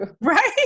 Right